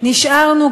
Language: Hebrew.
נשארנו,